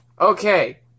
okay